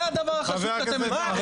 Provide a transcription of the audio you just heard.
זה הדבר החשוב שאתם --- חבר הכנסת מולא.